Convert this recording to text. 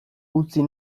utzi